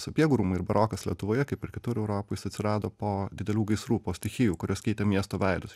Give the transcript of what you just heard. sapiegų rūmai ir barokas lietuvoje kaip ir kitur europoj jis atsirado po didelių gaisrų po stichijų kurios keitė miesto veidus